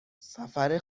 سفر